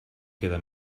queda